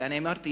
ואני אמרתי,